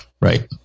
Right